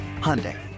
Hyundai